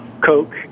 Coke